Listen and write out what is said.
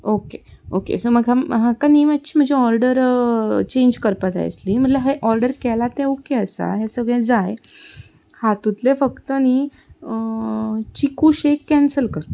okay okay so म्हाका म्हाका न्ही मातशी ऑर्डर चेंज करपा जाय आसली म्हणल्या ऑर्डर केलां तें ओके आसा हें सगलें जाय हातूंतलें फक्त न्ही चिकू शेक कँसल कर